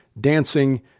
dancing